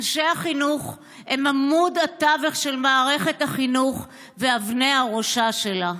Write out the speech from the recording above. אנשי החינוך הם עמוד התווך של מערכת החינוך ואבני הראשה שלה.